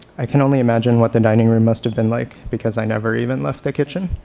i can only imagine what the dining room must have been like, because i never even left the kitchen.